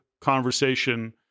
conversation